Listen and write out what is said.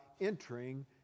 entering